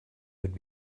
would